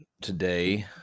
today